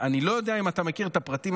אני לא יודע אם אתה מכיר את הפרטים,